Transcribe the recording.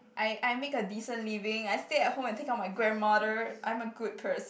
I I make a decent living I stay at home and take care of my grandmother I'm a good person